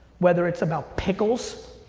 whether it's about pickles.